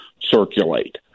circulate